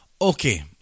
Okay